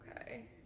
okay